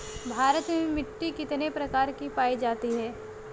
भारत में मिट्टी कितने प्रकार की पाई जाती हैं?